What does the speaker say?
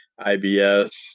IBS